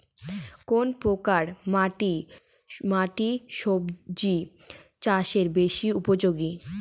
কোন প্রকার মাটি সবজি চাষে বেশি উপযোগী?